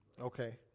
Okay